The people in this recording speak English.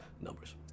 numbers